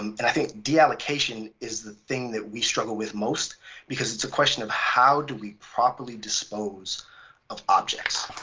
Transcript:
um and i think deallocation is the thing that we struggled with most because it's a question of how do we properly dispose of objects.